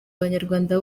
abanyarwanda